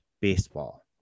Baseball